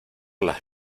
las